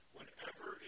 Whenever